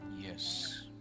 Yes